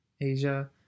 Asia